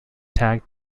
tag